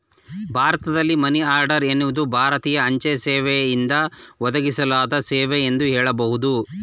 ಭಾರತದಲ್ಲಿ money order ಎನ್ನುವುದು ಭಾರತೀಯ ಅಂಚೆ ಸೇವೆಯಿಂದ ಒದಗಿಸಲಾದ ಸೇವೆ ಎಂದು ಹೇಳಬಹುದು